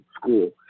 school